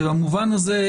ובמובן הזה,